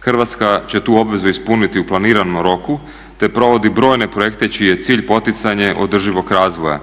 Hrvatska će tu obavezu ispuniti u planiranom roku, te provodi brojne projekte čiji je cilj poticanje održivog razvoja.